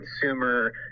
consumer